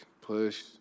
Push